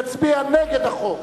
יצביע נגד החוק,